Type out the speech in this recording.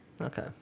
Okay